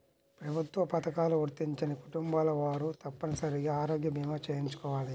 ప్రభుత్వ పథకాలు వర్తించని కుటుంబాల వారు తప్పనిసరిగా ఆరోగ్య భీమా చేయించుకోవాలి